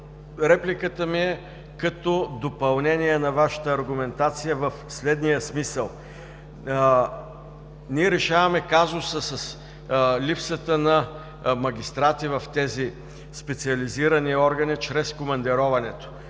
Репликата ми е като допълнение на Вашата аргументация в следния смисъл: ние решаваме казуса с липсата на магистрати в тези специализирани органи чрез командироването.